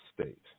state